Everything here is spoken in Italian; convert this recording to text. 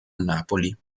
napoli